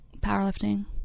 powerlifting